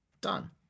done